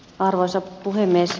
arvoisa puhemies